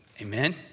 Amen